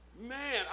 Man